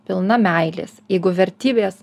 pilna meilės jeigu vertybės